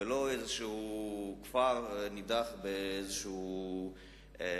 ולא איזה כפר נידח באוקיאניה.